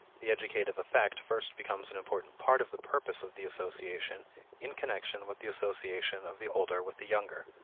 the educative effect first becomes an important part of the purpose of the association in connection with the association of the older with the younger.